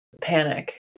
panic